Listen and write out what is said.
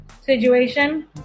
situation